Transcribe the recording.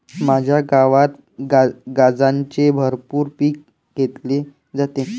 माझ्या गावात गांजाचे भरपूर पीक घेतले जाते